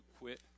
quit